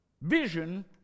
vision